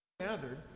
gathered